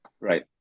Right